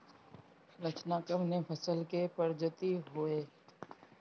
रचना कवने फसल के प्रजाति हयुए?